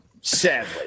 sadly